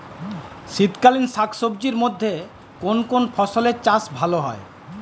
শীতকালীন শাকসবজির মধ্যে কোন কোন ফসলের চাষ ভালো হয়?